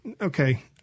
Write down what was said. okay